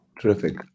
Terrific